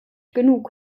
genug